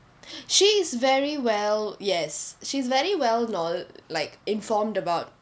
she's very well yes she's very well not like informed about